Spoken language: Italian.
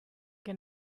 che